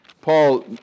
Paul